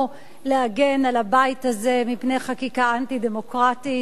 להגן על הבית הזה מפני חקיקה אנטי-דמוקרטית,